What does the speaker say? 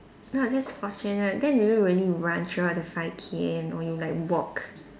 ah that's fortunate then did you really run throughout the five K_M or you like walk